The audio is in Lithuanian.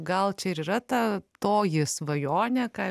gal čia ir yra ta toji svajonė ką